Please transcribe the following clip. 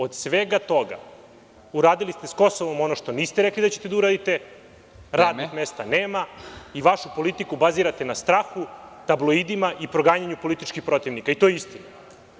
Od svega toga, uradili ste sa Kosovom ono što niste rekli da ćete da uradite, radnih mesta nema i vašu politiku bazirate na strahu tabloidima i proganjanju političkih protivnika i to je istina.